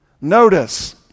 Notice